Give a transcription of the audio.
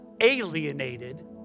alienated